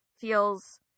feels